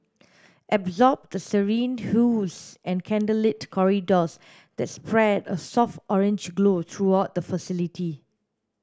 absorb the serene hues and candlelit corridors that spread a soft orange glow throughout the facility